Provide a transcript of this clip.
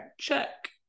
check